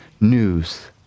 news